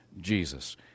Jesus